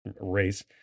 race